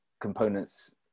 components